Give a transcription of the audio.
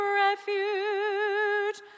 refuge